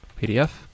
PDF